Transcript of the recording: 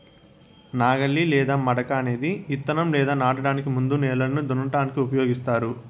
నాగలి లేదా మడక అనేది ఇత్తనం లేదా నాటడానికి ముందు నేలను దున్నటానికి ఉపయోగిస్తారు